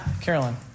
Carolyn